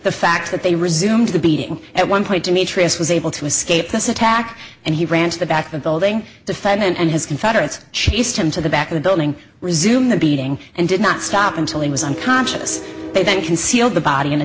the fact that they resumed the beating at one point demetrius was able to escape this attack and he ran to the back the building defendant and his confederates chased him to the back of the building resumed the beating and did not stop until he was unconscious they then concealed the body in a